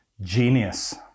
genius